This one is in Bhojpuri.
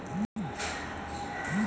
हमरा एक छोटा दुकान बा वोकरा ला ऋण चाही?